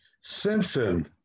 Simpson